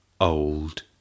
old